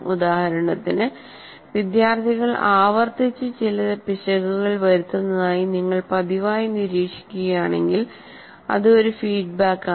ഉദാഹരണത്തിന് വിദ്യാർത്ഥികൾ ആവർത്തിച്ച് ചില പിശകുകൾ വരുത്തുന്നതായി നിങ്ങൾ പതിവായി നിരീക്ഷിക്കുകയാണെങ്കിൽ അത് ഒരു ഫീഡ്ബാക്ക് ആണ്